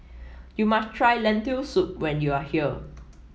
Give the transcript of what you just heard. you must try Lentil Soup when you are here